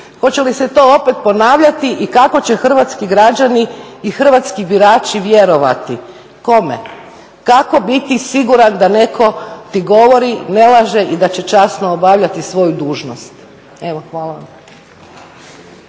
Hoće li se to opet ponavljati i kako će hrvatski građani i hrvatski birači vjerovati. Kome? Kako biti siguran da netko ti govori, ne laže i da će časno obavljati svoju dužnost? Evo, hvala vam.